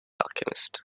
alchemist